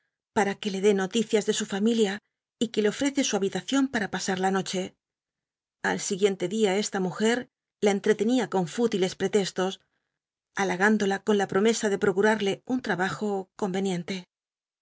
para ue le dé noticias de sn familia y que le ofrece su habitacion para pasar la noche al siguiente día esta mujer la cnttctcnia con fú tiles ptctcstos halagündola con la promesa de procurarle un ttabajo cotwenicntc